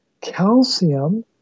calcium